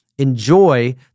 enjoy